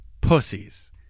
pussies